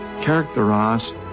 characterize